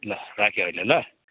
ल राखेँ अहिले ल